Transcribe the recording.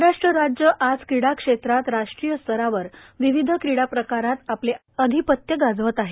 महाराष्ट्र राज्य आज क्रीडा क्षेत्रात राष्ट्रीय स्तरावर विविध क्रीडा प्रकारात आपले अधिपत्य गाजवत आहे